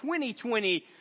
2020